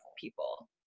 people